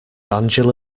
angela